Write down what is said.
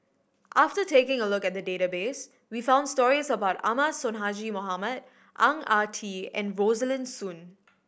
after taking a look at the database we found stories about Ahmad Sonhadji Mohamad Ang Ah Tee and Rosaline Soon